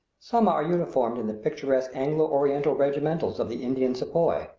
some are uniformed in the picturesque anglo-oriental regimentals of the indian sepoy,